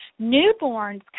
newborns